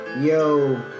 yo